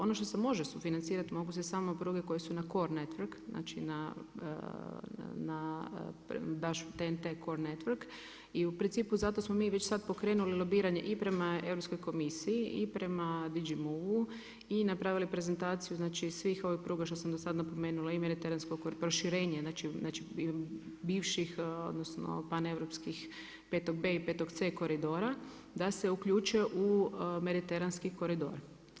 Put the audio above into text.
Ono što se može sufinancirati mogu se samo pruge koje su na cor network na … cor network i u principu zato smo mi već sada pokrenuli lobiranje i prema Europskoj komisiji i prema … i napravili prezentaciju svih ovih pruga što sam do sada napomenula i proširenje znači bivših odnosno paneuropskih 5B i 5C koridora da se uključe u mediteranski koridor.